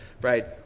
right